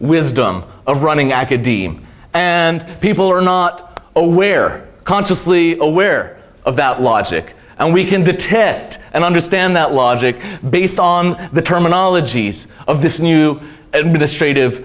wisdom of running academe and people are not aware consciously aware about logic and we can detect and understand that logic based on the terminologies of this new administrati